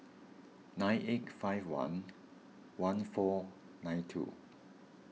nine eight five one one four nine two